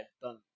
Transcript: done